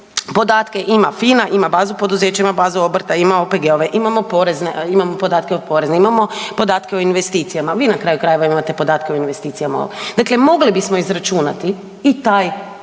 podatke ima FINA, ima bazu poduzeća, ima bazu obrta, ima OPG-ove, imamo podatke od Porezne, imamo podatke o investicijama. Vi, na kraju krajeva, imate podatke o investicijama. Dakle mogli bismo izračunati i taj i taj